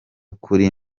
kuri